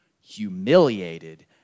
humiliated